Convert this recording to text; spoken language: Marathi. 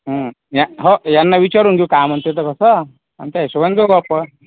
यां हो यांना विचारून घेऊ काय म्हणते तर तसं आणि त्या हिशेबानं जाऊ आपण